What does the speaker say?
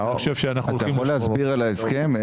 אתה יכול להסביר על ההסכם?